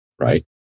Right